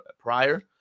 prior